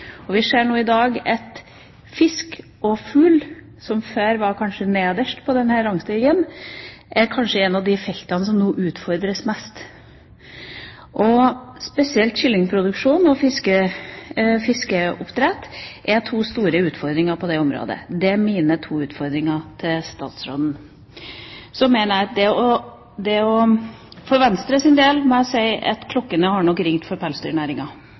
og vi ser i dag at fisk og fugl, som før kanskje var nederst på denne rangstigen, er av de feltene som nå utfordres mest. Spesielt kyllingproduksjon og fiskeoppdrett er to store utfordringer på det området. – Det var mine to utfordringer til statsråden. For Venstres del må jeg si at klokkene har nok ringt for pelsdyrnæringa.